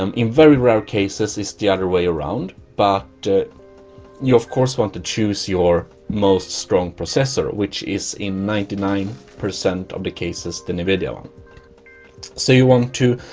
um in very rare cases is the other way around but you of course want to choose your most strong processor, which is in ninety nine percent of the cases the nvidia so you want to